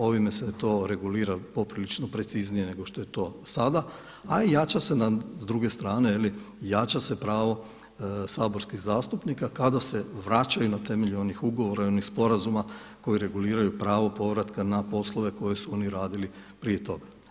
Ovime se to regulira poprilično preciznije nego što je to sada, a jača se s druge strane jača se pravo saborskih zastupnika kada se vraćaju na temelju onih ugovora i onih sporazuma koji reguliraju pravo povratka na poslove koje su oni radili prije toga.